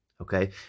okay